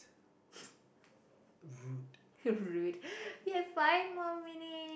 rude